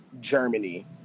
Germany